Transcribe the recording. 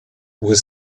were